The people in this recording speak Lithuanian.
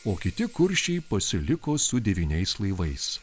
o kiti kuršiai pasiliko su devyniais laivais